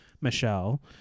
Michelle